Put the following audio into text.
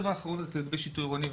דבר נוסף לגבי שיטור עירוני,